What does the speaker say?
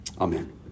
Amen